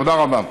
תודה רבה.